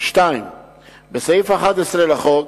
2. בסעיף 11 לחוק,